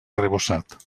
arrebossat